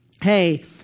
hey